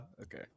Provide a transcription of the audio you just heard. okay